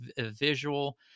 visual